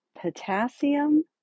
potassium